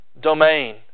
Domain